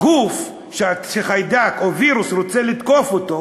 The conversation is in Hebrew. גוף שחיידק או וירוס רוצה לתקוף אותו,